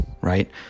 right